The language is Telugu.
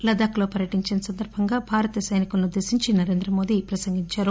లద్దాక్లో పర్వటించిన సందర్బంగా భారత సైనికులను ఉద్దేశించి నరేంద్ర మోదీ ప్రసంగించారు